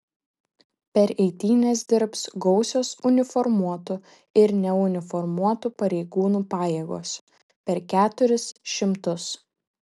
per eitynes dirbs gausios uniformuotų ir neuniformuotų pareigūnų pajėgos per keturis šimtus